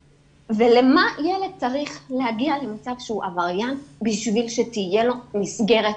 למה ילד צריך להגיע למצב שהוא עבריין בשביל שתהיה לו מסגרת?